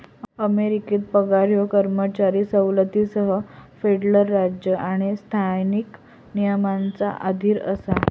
अमेरिकेत पगार ह्यो कर्मचारी सवलतींसह फेडरल राज्य आणि स्थानिक नियमांच्या अधीन असा